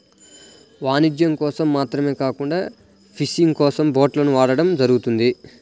వాణిజ్యం కోసం మాత్రమే కాకుండా ఫిషింగ్ కోసం బోట్లను వాడటం జరుగుతుంది